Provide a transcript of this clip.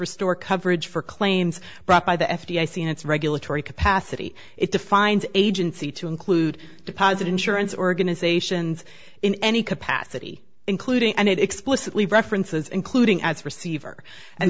restore coverage for claims brought by the f d a scene it's regulatory capacity it defines agency to include deposit insurance organizations in any capacity including and it explicitly references including as receiver and